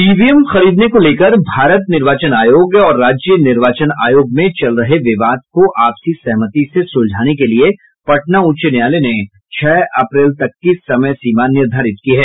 EVM खरीदने को लेकर भारत निर्वाचन आयोग और राज्य निर्वाचन आयोग में चल रहे विवाद को आपसी सहमति से सुलझाने के लिए पटना उच्च न्यायालय ने छह अप्रैल तक की समय सीमा निर्धारित की है